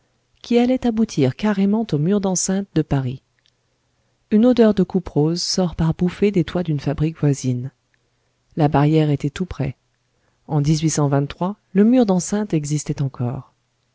qui allait aboutir carrément au mur d'enceinte de paris une odeur de couperose sort par bouffées des toits d'une fabrique voisine la barrière était tout près en le mur d'enceinte existait encore